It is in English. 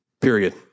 period